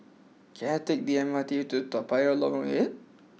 can I take the M R T to Toa Payoh Lorong eight